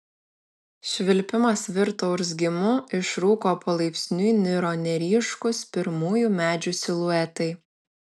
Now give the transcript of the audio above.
švilpimas virto urzgimu iš rūko palaipsniui niro neryškūs pirmųjų medžių siluetai